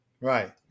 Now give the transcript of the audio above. right